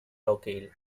locale